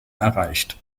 erreicht